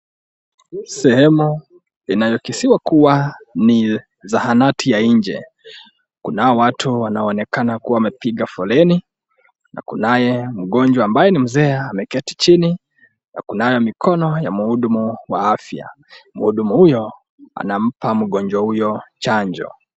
Sehemu inayokisiwa kuwa ni zahanati ya nje, kunao watu wanaoonekana wamepiga foleni na kunaye mgonjwa ambaye ni mzee ameketi chini na kunayo mkono wa muhudumu wa afya. Muhudumu huyo anampa mgonjwa huyo chanjo.